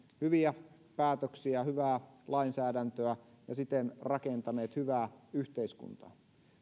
hyviä päätöksiä hyvää lainsäädäntöä ja siten rakentamaan hyvää yhteiskuntaa